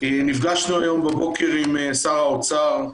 נפגשנו הבוקר עם שר האוצר.